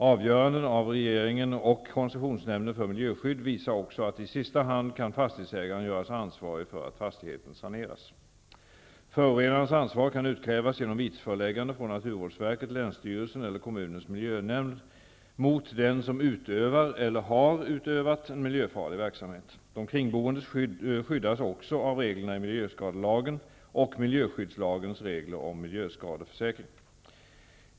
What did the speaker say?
Avgöranden av regeringen och koncessionsnämnden för miljöskydd visar också att i sista hand kan fastighetsägaren göras ansvarig för att fastigheten saneras. Förorenarens ansvar kan utkrävas genom vitesföreläggande från naturvårdsverket, länsstyrelsen eller kommunens miljönämnd mot den som utövar eller har utövat en miljöfarlig verksamhet. De kringboende skyddas också av reglerna i miljöskadelagen och miljöskyddslagens regler om miljöskadeförsäkring.